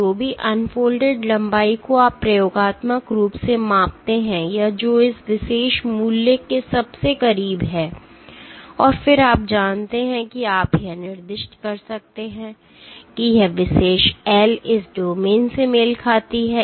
जो भी अनफोल्डेड लंबाई को आप प्रयोगात्मक रूप से मापते हैं या जो इस विशेष मूल्य के सबसे करीब है और फिर आप जानते हैं कि आप यह निर्दिष्ट कर सकते हैं कि यह विशेष L इस डोमेन से मेल खाती है